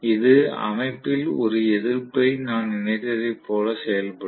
இது அமைப்பில் ஒரு எதிர்ப்பை நான் இணைத்ததைப் போல செயல்படும்